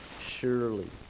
Surely